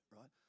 right